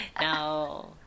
No